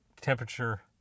temperature